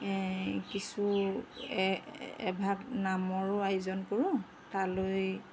কিছু এভাগ নামৰো আয়োজন কৰোঁ তালৈ